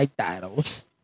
titles